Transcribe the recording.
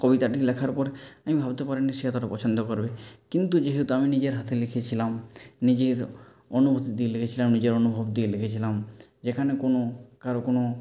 কবিতাটি লেখার পর আমি ভাবতে পারিনি সে এতোটা পছন্দ করবে কিন্তু যেহেতু আমি নিজের হাতে লিখেছিলাম নিজের অনুভূতি দিয়ে লিখেছিলাম নিজের অনুভব দিয়ে লিখেছিলাম যেখানে কোনো কারও কোনো